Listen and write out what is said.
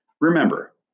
Remember